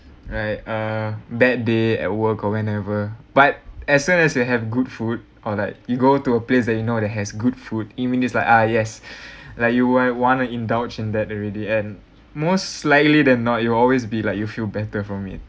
like a bad day at work or whenever but as soon as we have good food or like you go to a place that you know that has good food even it's like ah yes like wha~ you want to indulge in that already and most likely than not you will always be like you feel better from it